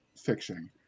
fiction